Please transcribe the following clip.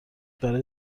برای